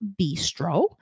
bistro